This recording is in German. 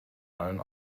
allen